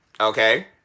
Okay